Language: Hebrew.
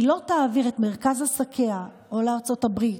לא תעביר את מרכז עסקיה לארצות הברית